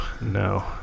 no